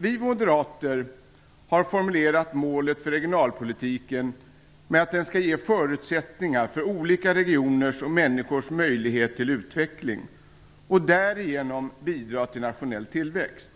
Vi moderater har formulerat målet för regionalpolitiken med att den skall ge förutsättningar för olika regioners och människors möjlighet till utveckling, och därigenom bidra till nationell tillväxt.